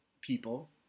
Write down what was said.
people